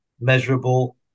measurable